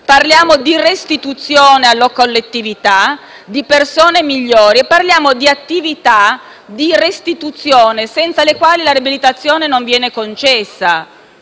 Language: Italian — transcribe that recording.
condannata, restituzione alla collettività di persone migliori, attività di restituzione senza le quali la riabilitazione non viene concessa.